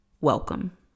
welcome